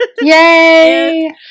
Yay